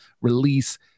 Release